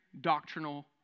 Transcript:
doctrinal